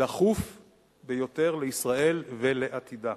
דחוף ביותר לישראל ולעתידה.